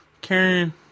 Karen